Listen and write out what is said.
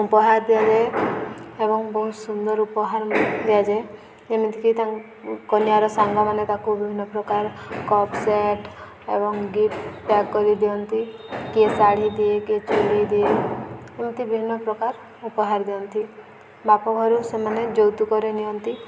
ଉପହାର ଦିଆଯାଏ ଏବଂ ବହୁତ ସୁନ୍ଦର ଉପହାର ଦିଆଯାଏ ଏମିତିକା ତ କନିଆର ସାଙ୍ଗମାନେ ତାକୁ ବିଭିନ୍ନ ପ୍ରକାର କପ୍ ସେଟ୍ ଏବଂ ଗିଫ୍ଟ ପ୍ୟାକ୍ କରି ଦିଅନ୍ତି କିଏ ଶାଢ଼ୀ ଦିଏ କିଏ ଚୁଡ଼ି ଦିଏ ଏମିତି ବିଭିନ୍ନ ପ୍ରକାର ଉପହାର ଦିଅନ୍ତି ବାପ ଘରୁ ସେମାନେ ଯୌତୁକରେ ନିଅନ୍ତି